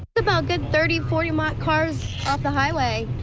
about good, thirty, forty mile cars off the highway.